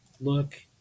look